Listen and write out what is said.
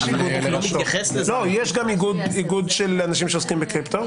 יש גם איגוד של אנשים שעוסקים בקריפטו.